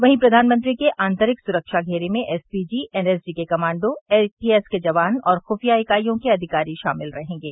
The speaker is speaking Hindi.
वहीं प्रधानमंत्री के आंतरिक सुरक्षा घेरे में एसपीजी एनएसजी के कमांडो एटीएस के जवान और खुफिया इकाइयों के अधिकारी शामिल रहेंगे